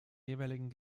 jeweiligen